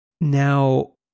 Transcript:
Now